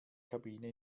kabine